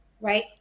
Right